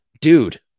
dude